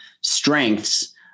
strengths